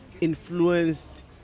Influenced